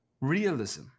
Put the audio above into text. realism